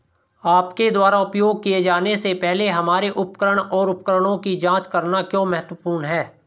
आपके द्वारा उपयोग किए जाने से पहले हमारे उपकरण और उपकरणों की जांच करना क्यों महत्वपूर्ण है?